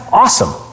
awesome